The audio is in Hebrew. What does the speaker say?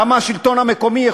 למה השלטון המקומי,